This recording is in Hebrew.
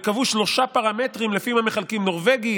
וקבעו שלושה פרמטרים שלפיהם הם מחלקים נורבגי,